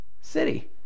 city